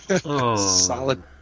Solid